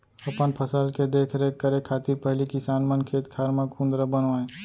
अपन फसल के देख रेख करे खातिर पहिली किसान मन खेत खार म कुंदरा बनावय